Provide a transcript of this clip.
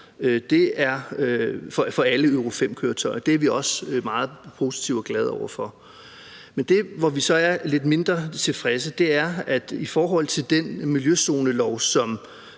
for alle Euro-V-køretøjer, er vi også meget positive over for og glade for. Men der, hvor vi så er lidt mindre tilfredse, er i forhold til den miljøzonelov, som